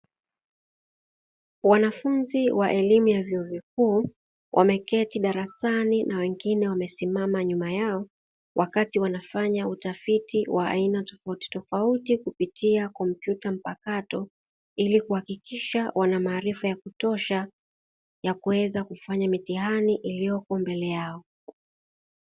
Wanafunzi wa elimu ya vyuo vikuu wameketi darasani na wengine wamesimama nyuma yao wakati wanafanya utafiti wa aina tofautitofauti, kupitia kompyuta mpakato ili kuhakikisha wana maarifa ya kutosha ya kuweza kufanya mitihani iliyoko mbele yao.